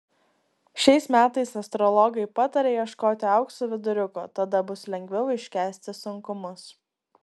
šiais metais astrologai pataria ieškoti aukso viduriuko tada bus lengviau iškęsti sunkumus